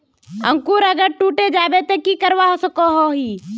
अंकूर अगर टूटे जाबे ते की करवा सकोहो ही?